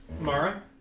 Mara